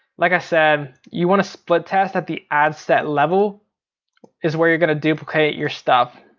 like i said, you want to split test at the ad set level is where you're gonna duplicate your stuff.